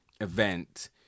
event